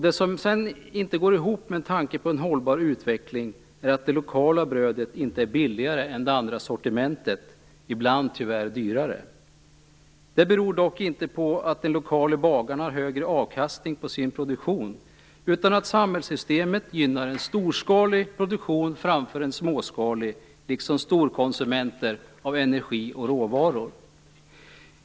Det som sedan inte går ihop med tanken på en hållbar utveckling är att det lokala brödet inte är billigare än det andra sortimentet utan ibland tyvärr dyrare. Det beror dock inte på att den lokale bagaren har högre avkastning på sin produktion, utan på att samhällssystemet gynnar en storskalig produktion framför en småskalig, liksom storkonsumenter av energi och råvaror.